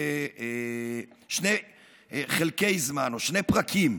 לשני חלקי זמן, או שני פרקים: